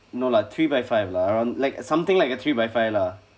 no lah three by five lah around like something like a three by five lah